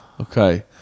Okay